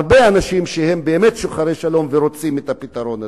הרבה אנשים שהם באמת שוחרי שלום ורוצים את הפתרון הזה.